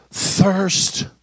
Thirst